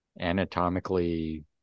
anatomically